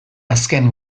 azken